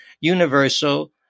universal